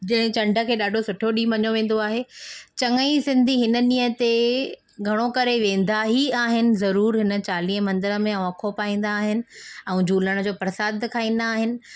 जंहिं चंड खे ॾाढो सुठो ॾींहुं मञो वेंदो आहे चंङा ई सिंधी हिन ॾींहं ते घणो करे वेंदा ई आहिनि ज़रूरु हिन चालीह मंदर में अखो पाईंदा आहिनि ऐं झूलण जो परसादु खाईंदा आहिनि